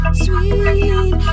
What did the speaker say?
sweet